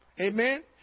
Amen